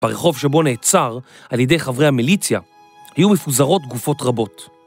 ברחוב שבו נעצר על ידי חברי המיליציה היו מפוזרות גופות רבות.